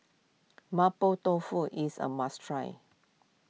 Mapo Tofu is a must try